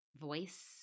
voice